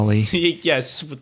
Yes